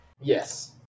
Yes